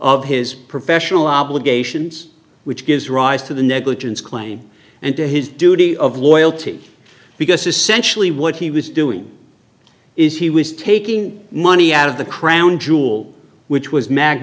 of his professional obligations which gives rise to the negligence claim and to his duty of loyalty because essentially what he was doing is he was taking money out of the crown jewel which was ma